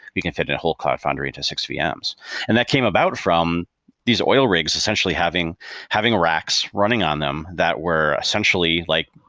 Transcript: we can fit in a whole cloud foundry to six vms and that came about from these oil rigs essentially having having racks running on them that were essentially like,